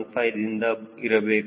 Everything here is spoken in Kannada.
15 ದಿಂದ ಇರಬೇಕು